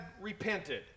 repented